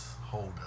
hold